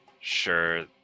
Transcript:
Sure